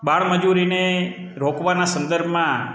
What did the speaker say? બાળમજૂરીને રોકવાના સંદર્ભમાં